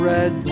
Red